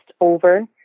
over